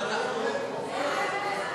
סעיף 1